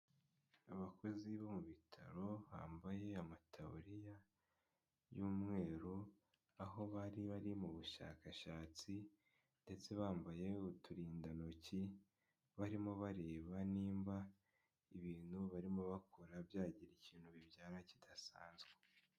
Abakozi bo mu bitaro, bambaye amataburiya y'umweru, aho bari bari mu bushakashatsi ndetse bambaye uturindantoki, barimo bareba niba ibintu barimo bakora byagira ikintu bibyara kidasanzwe.